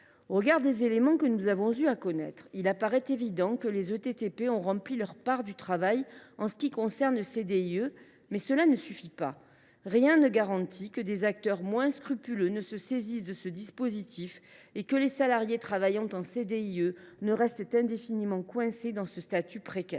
Au regard des éléments que nous avons eu à connaître, il apparaît évident que les ETTP ont rempli leur part du travail en ce qui concerne le CDIE. Pour autant, cela ne suffit pas. Rien ne garantit que des acteurs moins scrupuleux ne se saisiront pas de ce dispositif et que les salariés travaillant en CDIE ne resteront pas indéfiniment coincés dans ce statut précaire.